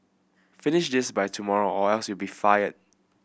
finish just by tomorrow or else you'll be fired